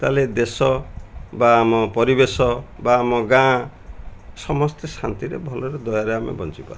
ତା'ହେଲେ ଦେଶ ବା ଆମ ପରିବେଶ ବା ଆମ ଗାଁ ସମସ୍ତେ ଶାନ୍ତିରେ ଭଲରେ ଦୟାରେ ଆମେ ବଞ୍ଚିପାରନ୍ତେ